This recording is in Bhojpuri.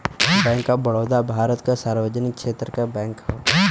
बैंक ऑफ बड़ौदा भारत क सार्वजनिक क्षेत्र क बैंक हौ